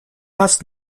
hast